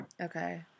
Okay